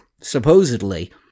supposedly